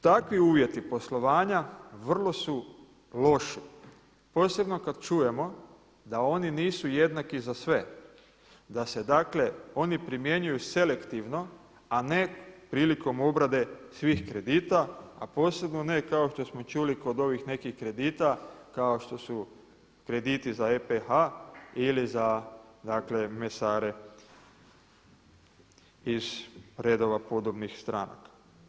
Takvi uvjeti poslovanja vrlo su loši posebno kad čujemo da oni nisu jednaki za sve, da se dakle oni primjenjuju selektivno, a ne prilikom obrade svih kredita, a posebno ne kao što smo čuli kod ovih nekih kredita kao što su krediti za EPH ili za, dakle mesare iz redova podobnih stranaka.